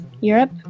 Europe